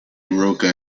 rocca